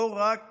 לא רק